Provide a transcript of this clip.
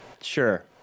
Sure